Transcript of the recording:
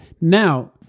Now